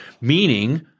meaning –